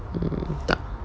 mm tak